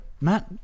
Matt